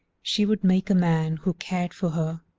she would make a man who cared for her,